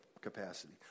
capacity